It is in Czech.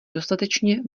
dostatečně